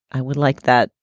i would like that.